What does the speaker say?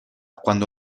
quando